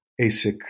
ASIC